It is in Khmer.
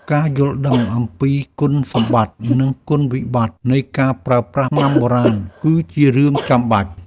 ការយល់ដឹងអំពីគុណសម្បត្តិ និងគុណវិបត្តិនៃការប្រើថ្នាំបុរាណ គឺជារឿងចាំបាច់។